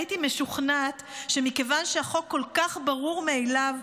הייתי משוכנעת שמכיוון שהחוק כל כך ברור מאליו,